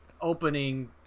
opening